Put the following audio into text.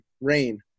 rain